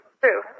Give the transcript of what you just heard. True